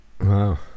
Wow